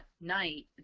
night